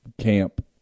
camp